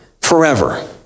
Forever